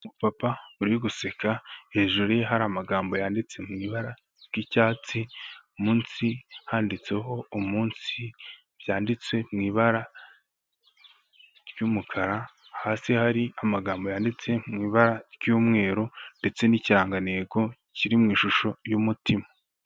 Umupapa uri guseka hejuru ye hari amagambo yanditse mu ibara ry'icyatsi, munsi handitseho umunsi byanditse mu ibara ry'umukara, hasi hari amagambo yanditse mu ibara ry'umweru ndetse n'ikirangantego kiri mu ishusho y'umutima.